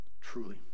Truly